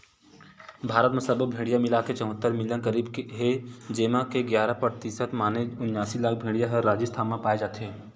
भारत म सब्बो भेड़िया मिलाके चउहत्तर मिलियन करीब हे जेमा के गियारा परतिसत माने उनियासी लाख भेड़िया ह राजिस्थान म पाए जाथे